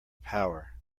power